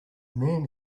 man